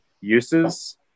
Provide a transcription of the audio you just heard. uses